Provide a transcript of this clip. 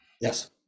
Yes